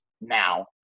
now